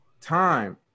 Time